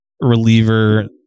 reliever